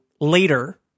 later